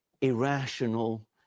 irrational